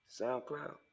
soundcloud